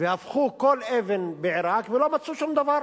והפכו כל אבן בעירק ולא מצאו שום דבר.